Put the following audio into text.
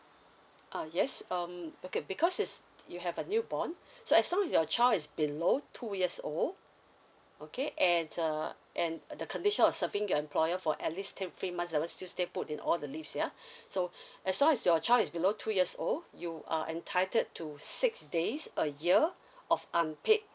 uh yes um okay because is you have a newborn so as long as your child is below two years old okay and uh and the condition of serving your employer for at least ten free months that one still stay put in all the leaves ya so as long as your child is below two years old you are entitled to six days a year of unpaid